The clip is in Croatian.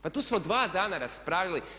Pa tu smo dva dana raspravljali.